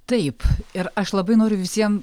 taip ir aš labai noriu visiem